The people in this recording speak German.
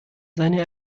seine